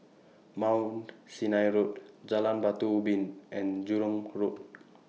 Mount Sinai Road Jalan Batu Ubin and Jurong Road